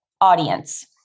audience